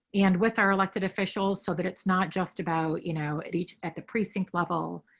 and with our elected officials so that it's not just about, you know, at each at the precinct level.